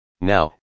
Now